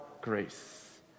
grace